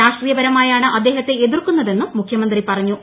രാഷ്ട്രീയപരമായാണ് അദ്ദേഹത്തെ എതിർക്കുന്നതെന്നും മുഖ്യമന്ത്രി പറഞ്ഞു